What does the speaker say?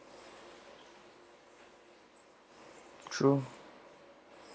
true